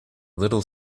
little